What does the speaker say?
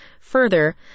Further